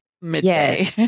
midday